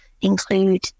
include